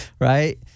right